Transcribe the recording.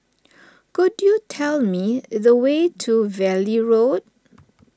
could you tell me the way to Valley Road